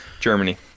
Germany